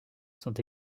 sont